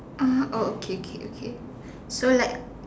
ah oh okay okay okay so like